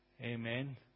Amen